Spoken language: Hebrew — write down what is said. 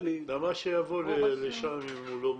למה שיבוא לשם אם הוא לא מוזמן?